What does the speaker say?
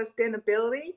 sustainability